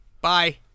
Bye